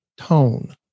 tone